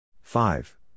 Five